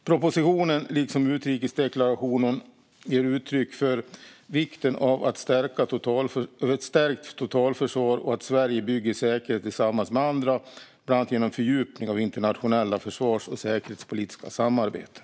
Propositionen, liksom utrikesdeklarationen, ger vidare uttryck för vikten av ett stärkt totalförsvar och att Sverige bygger säkerhet tillsammans med andra, bland annat genom fördjupning av internationella försvars och säkerhetspolitiska samarbeten.